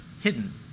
hidden